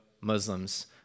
Muslims